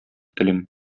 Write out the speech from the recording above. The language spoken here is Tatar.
телим